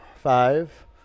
Five